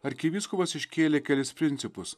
arkivyskupas iškėlė kelis principus